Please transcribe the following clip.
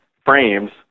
frames